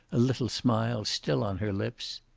a little smile still on her lips.